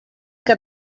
que